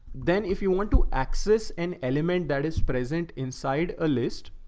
then if you want to access an element that is present inside a list